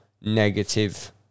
negative